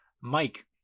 Mike